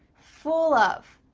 full of,